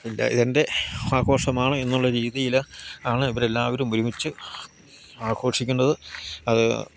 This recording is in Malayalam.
എൻ്റെ ഇതെൻ്റെ ആഘോഷമാണ് എന്നുള്ള രീതിയിൽ ആണ് ഇവരെല്ലാവരും ഒരുമിച്ച് ആഘോഷിക്കുന്നത് അത്